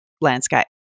landscape